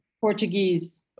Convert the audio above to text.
Portuguese